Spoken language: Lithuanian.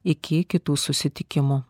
iki kitų susitikimų